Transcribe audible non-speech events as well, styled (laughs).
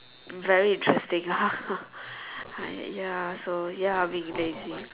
very interesting (laughs) ya so ya being lazy